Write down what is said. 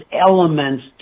elements